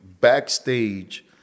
backstage